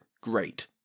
great